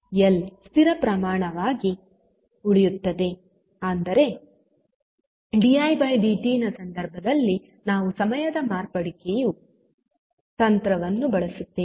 L ಸ್ಥಿರ ಪ್ರಮಾಣವಾಗಿ ಉಳಿಯುತ್ತದೆ ಆದರೆ didtನ ಸಂದರ್ಭದಲ್ಲಿ ನಾವು ಸಮಯದ ಮಾರ್ಪಡಿಕೆಯ ತಂತ್ರವನ್ನು ಬಳಸುತ್ತೇವೆ